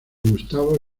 gustavo